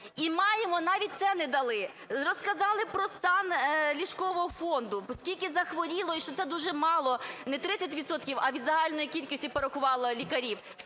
і маємо, навіть це не дали. Розказали про стан ліжкового фонду, скільки захворіло, і що це дуже мало, не 30 відсотків, а від загальної кількості порахували лікарів,